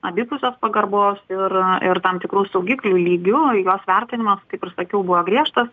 abipusės pagarbos ir ir tam tikrų saugiklių lygiu juos vertinimas kaip ir sakiau buvo griežtas